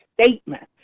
statement